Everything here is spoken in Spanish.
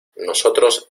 nosotros